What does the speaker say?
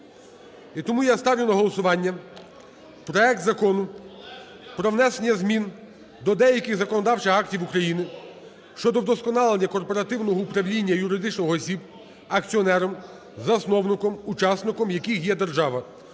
тому я ставлю на голосування проект Закону про внесення змін до деяких законодавчих актів України щодо вдосконалення корпоративного управління юридичних осіб, акціонером (засновником, учасником) яких є держава